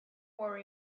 worry